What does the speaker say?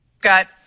Got